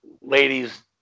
ladies